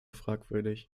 fragwürdig